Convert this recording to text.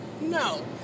No